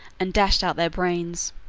and dashed out their brains.